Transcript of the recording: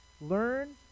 Learn